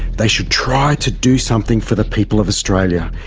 they should try to do something for the people of australia,